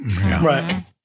Right